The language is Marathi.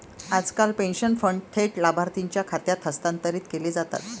आजकाल पेन्शन फंड थेट लाभार्थीच्या खात्यात हस्तांतरित केले जातात